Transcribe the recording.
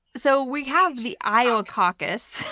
so we have the iowa caucus,